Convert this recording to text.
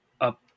up